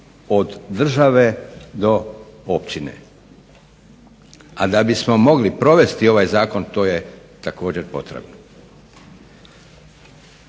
od države do općine. A da bismo mogli provesti ovaj zakon to je također potrebno.